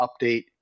update